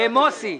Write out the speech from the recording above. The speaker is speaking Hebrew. מוסי.